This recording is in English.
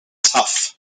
tough